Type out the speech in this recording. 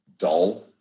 dull